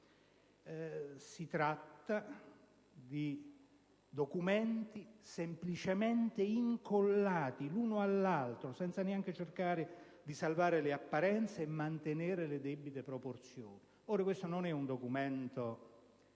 Si tratta di documenti semplicemente incollati l'uno all'altro, senza neanche cercare di salvare le apparenze e mantenere le debite proporzioni. Questo non è un documento